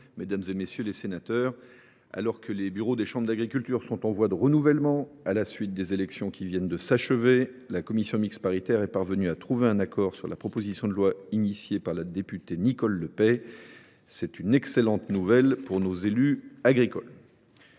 mesdames, messieurs les sénateurs, alors que les bureaux des chambres d’agriculture sont en voie de renouvellement à la suite des élections qui viennent de s’achever, la commission mixte paritaire est parvenue à trouver un accord sur la proposition de loi déposée par la députée Nicole Le Peih. C’est une excellente nouvelle pour nos élus agricoles